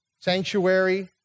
sanctuary